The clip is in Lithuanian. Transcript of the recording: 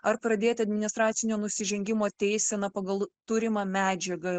ar pradėti administracinio nusižengimo teiseną pagal turimą medžiagą